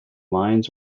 lines